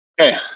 Okay